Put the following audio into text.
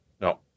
No